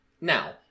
Now